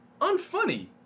unfunny